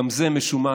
גם זה משומש,